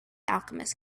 alchemist